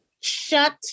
Shut